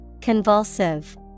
Convulsive